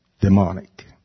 demonic